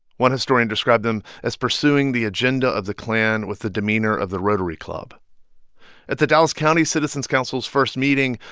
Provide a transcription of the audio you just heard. one historian described them as pursuing the agenda of the klan with the demeanor of the rotary club at the dallas county citizens council's first meeting,